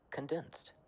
Condensed